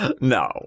No